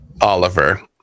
Oliver